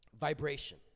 vibration